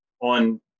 on